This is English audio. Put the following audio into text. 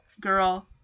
girl